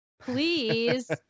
Please